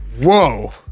Whoa